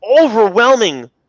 overwhelming